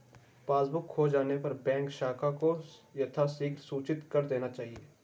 passbook खो जाने पर बैंक शाखा को यथाशीघ्र सूचित कर देना चाहिए